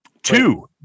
Two